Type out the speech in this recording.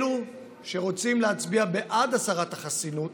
אלה שרוצים להצביע בעד הסרת החסינות